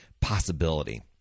possibility